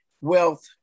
wealth